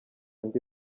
andi